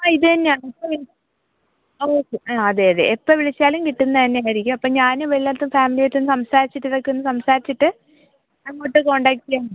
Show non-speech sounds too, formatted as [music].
ആ ഇത് തന്നെയാണ് ഇപ്പോൾ [unintelligible] ഓക്കെ ആ അതെ അതെ എപ്പോൾ വിളിച്ചാലും കിട്ടുന്ന എന്നെ തന്നെ ആയിരിക്കും അപ്പം ഞാൻ ഇതെല്ലാം ഇപ്പം ഫാമിലിയായിട്ട് ഒന്ന് സംസാരിച്ചിട്ട് ഇതൊക്കെ ഒന്ന് സംസാരിച്ചിട്ട് അങ്ങോട്ട് കോൺടാക്ട് ചെയ്യാം